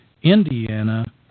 Indiana